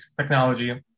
technology